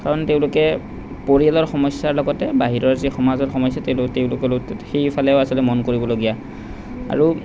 কাৰণ তেওঁলোকে পৰিয়ালৰ সমস্যাৰ লগতে বাহিৰৰ যি সমাজৰ সমস্যা তেওঁলোকে সেইফালেও আচলতে মন কৰিবলগীয়া আৰু